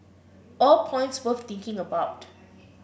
all points worth thinking about